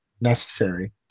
necessary